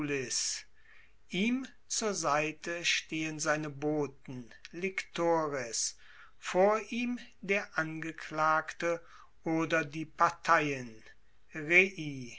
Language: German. ihm zur seite stehen seine boten lictores vor ihm der angeklagte oder die parteien